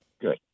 good